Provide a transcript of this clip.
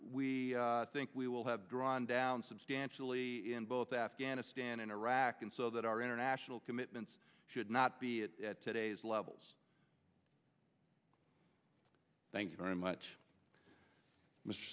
we think we will have drawn down substantially in both afghanistan and iraq and so that our international commitments should not be at today's levels thank you very much